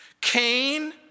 Cain